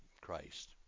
Christ